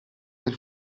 del